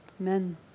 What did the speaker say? Amen